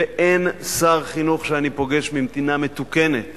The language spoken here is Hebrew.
ואין שר חינוך שאני פוגש במדינה מתוקנת